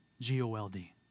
G-O-L-D